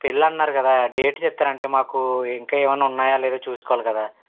పెళ్ళన్నారు కదా డేట్ చెప్తారా అంటే మాకు ఇంక ఎమన్న ఉన్నాయో లేదో చూసుకోవాలి కదా